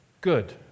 Good